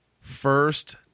first